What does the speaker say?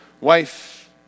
wife